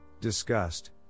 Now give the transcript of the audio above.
disgust